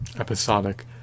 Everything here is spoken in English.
episodic